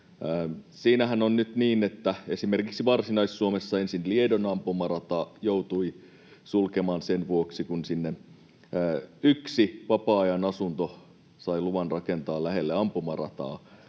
Varsinais-Suomessa ensin Liedon ampumarata jouduttiin sulkemaan sen vuoksi, kun sinne sai luvan rakentaa yhden